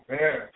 man